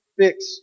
fix